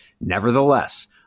Nevertheless